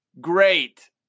Great